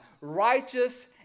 righteous